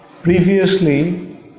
Previously